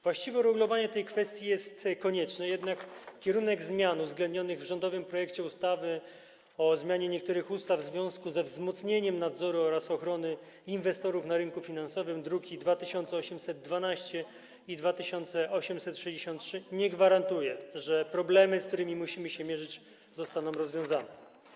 Właściwe unormowanie tej kwestii jest konieczne, jednak kierunek zmian uwzględnionych w rządowym projekcie ustawy o zmianie niektórych ustaw w związku ze wzmocnieniem nadzoru oraz ochrony inwestorów na rynku finansowym, druki nr 2812 i 2863, nie gwarantuje, że problemy, z którymi musimy się mierzyć, zostaną rozwiązane.